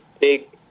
big